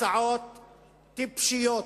הצעות טיפשיות,